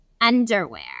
underwear